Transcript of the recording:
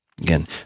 Again